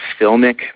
Filmic